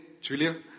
Julia